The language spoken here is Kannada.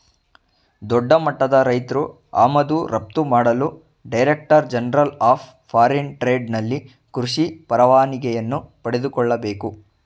ದೊಡ್ಡಮಟ್ಟದ ರೈತ್ರು ಆಮದು ರಫ್ತು ಮಾಡಲು director general of foreign trade ನಲ್ಲಿ ಕೃಷಿ ಪರವಾನಿಗೆಯನ್ನು ಪಡೆದುಕೊಳ್ಳಬೇಕು